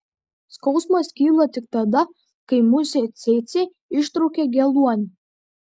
skausmas kyla tik tada kai musė cėcė ištraukia geluonį